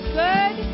good